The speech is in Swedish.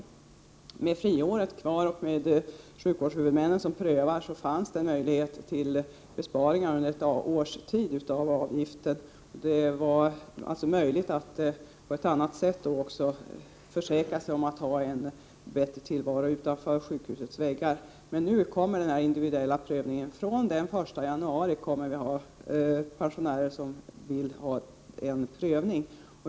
Om friåret funnits kvar och sjukvårdshuvudmännen fortsatt att göra prövningen hade det funnits möjlighet till besparingar av avgiften under ett års tid. Det hade då på ett annat sätt varit möjligt för pensionärerna att försäkra sig om en bättre tillvaro utanför sjukhusets väggar. Men från den 1 januari kommer vi nu att ha pensionärer som vill ha en prövning.